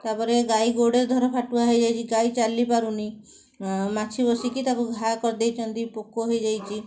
ତା'ପରେ ଗାଈ ଗୋଡ଼ରେ ଧର ଫାଟୁଆ ହେଇଯାଇଛି ଗାଈ ଚାଲିପାରୁନି ମାଛି ବସିକି ତାକୁ ଘାଆ କରିଦେଇଛନ୍ତି ପୋକ ହେଇଯାଇଛି